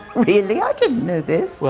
really? i didn't know this. well,